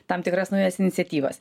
tam tikras naujas iniciatyvas